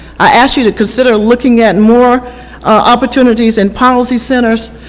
i ask you to consider looking at more opportunities and policy centers,